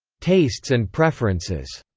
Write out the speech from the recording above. tastes and preferences,